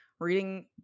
reading